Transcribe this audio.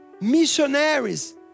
missionaries